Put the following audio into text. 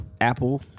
Apple